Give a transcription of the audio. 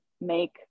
make